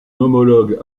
homologue